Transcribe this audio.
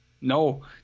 No